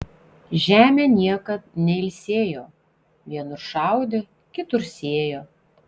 žemė niekad neilsėjo vienur šaudė kitur sėjo